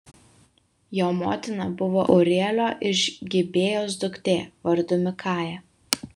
jo motina buvo ūrielio iš gibėjos duktė vardu mikaja